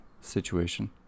situation